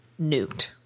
nuked